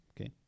Okay